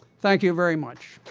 thank you very much.